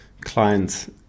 clients